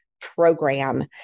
program